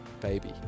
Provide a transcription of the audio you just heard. baby